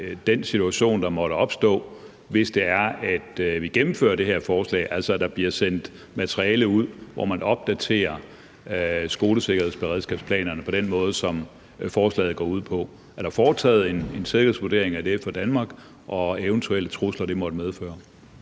den situation, der måtte opstå, hvis det er, at vi gennemfører det her forslag, altså at der bliver sendt materiale ud, hvor man opdaterer skolesikkerhedsberedskabsplanerne på den måde, som forslaget går ud på. Er der foretaget en seriøs vurdering af det for Danmark og af eventuelle trusler, det måtte medføre?